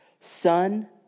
son